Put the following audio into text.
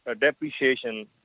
depreciation